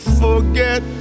forget